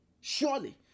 Surely